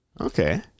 okay